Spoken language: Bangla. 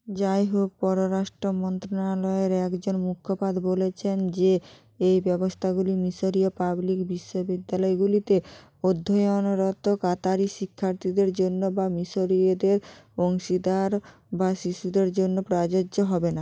যাই হোক পররাষ্ট্র মন্ত্রণালয়ের একজন মুখ্যপাদ বলেছেন যে এই ব্যবস্থাগুলি মিশরীয় পাবলিক বিশ্ববিদ্যালয়গুলিতে অধ্যয়নরত কাতারি শিক্ষার্থীদের জন্য বা মিশরীয়দের অংশীদার বা শিশুদের জন্য প্রাযোজ্য হবে না